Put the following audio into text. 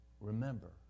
Remember